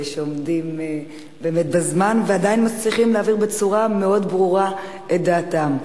שעומדים בזמן ועדיין מצליחים להעביר בצורה מאוד ברורה את דעתם.